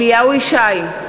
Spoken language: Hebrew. אליהו ישי,